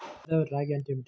గోదావరి రాగి అంటే ఏమిటి?